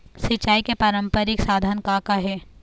सिचाई के पारंपरिक साधन का का हे?